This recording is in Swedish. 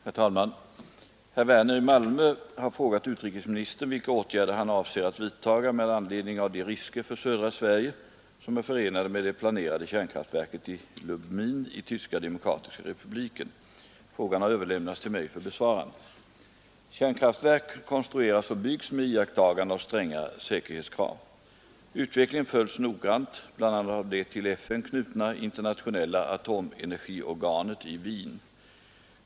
Herr talman! Herr Werner i Malmö har frågat utrikesministern vilka åtgärder han avser att vidtaga med anledning av de risker för södra Sverige som är förenade med det planerade kärnkraftverket i Lubmin i Tyska demokratiska republiken. Frågan har överlämnats till mig för besvarande. Kärnkraftverk konstrueras och byggs med iakttagande av stränga säkerhetskrav. Utvecklingen följs noggrant bl.a. av det till FN knutna internationella atomenergiorganet i Wien.